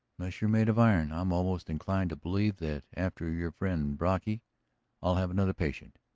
unless you're made of iron i'm almost inclined to believe that after your friend brocky i'll have another patient.